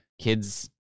kids